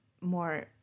more